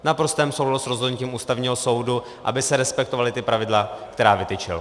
V naprostém souladu s rozhodnutím Ústavního soudu, aby se respektovala pravidla, která vytyčil.